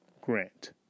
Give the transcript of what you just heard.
Grant